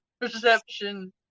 perception